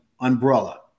umbrella